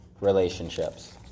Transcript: relationships